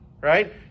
right